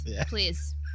please